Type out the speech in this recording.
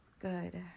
good